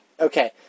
Okay